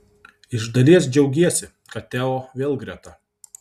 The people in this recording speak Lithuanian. iš dalies džiaugiesi kad teo vėl greta